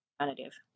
alternative